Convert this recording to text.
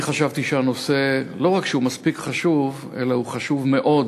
אני חשבתי שהנושא לא רק שהוא מספיק חשוב אלא הוא חשוב מאוד,